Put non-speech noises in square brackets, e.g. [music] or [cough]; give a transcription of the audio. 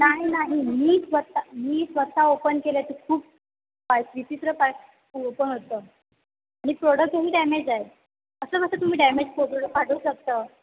नाही नाही मी स्वतः मी स्वतः ओपन केलं ते खूप [unintelligible] विचित्र पॅक ओपन होतं आणि प्रोडक्टही डॅमेज आहे असं कसं तुम्ही डॅमेज [unintelligible] पाठवू शकतं